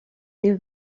new